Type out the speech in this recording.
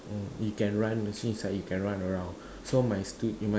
you can run it seems like you can run around so my stu~ in my